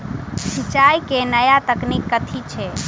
सिंचाई केँ नया तकनीक कथी छै?